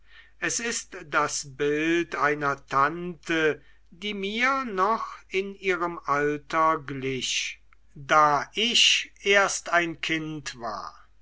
es ist das bild einer tante die mir noch in ihrem alter glich da ich erst ein kind war